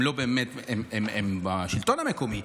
הם בשלטון המקומי,